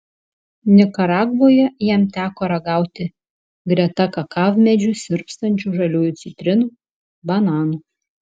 nikaragvoje jam teko ragauti greta kakavmedžių sirpstančių žaliųjų citrinų bananų